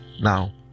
now